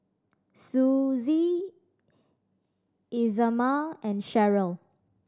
Suzie Isamar and Sheryl